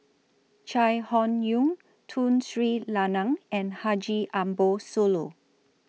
Chai Hon Yoong Tun Sri Lanang and Haji Ambo Sooloh